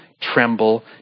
tremble